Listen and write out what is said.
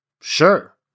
sure